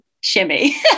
shimmy